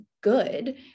good